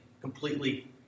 completely